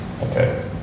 Okay